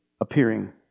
appearing